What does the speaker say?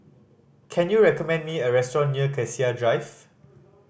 can you recommend me a restaurant near Cassia Drive